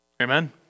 Amen